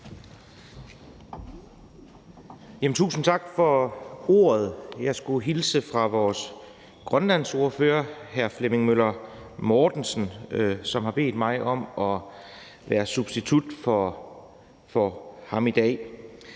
Tusind tak for ordet. Jeg skulle hilse fra vores grønlandsordfører, hr. Flemming Møller Mortensen, som har bedt mig om at være substitut for ham i dag.